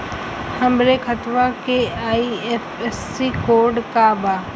हमरे खतवा के आई.एफ.एस.सी कोड का बा?